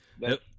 nope